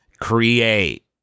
create